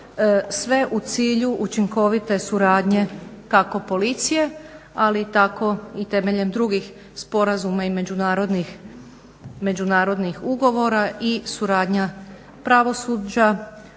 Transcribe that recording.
sve u cilju učinkovite suradnje kako policije ali tako i temeljem drugih sporazuma i međunarodnih ugovora i suradnja pravosuđa